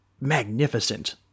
magnificent